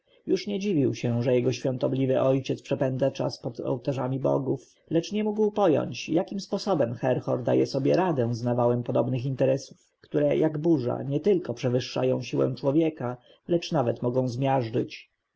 już nie dziwił się że jego świątobliwy ojciec przepędza czas pod ołtarzami bogów lecz nie mógł pojąć jakim sposobem herhor daje sobie radę z nawałem podobnych interesów które jak burza nietylko przewyższają siły człowieka lecz nawet mogą